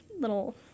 little